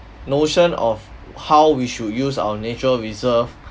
notion of how we should use our nature reserve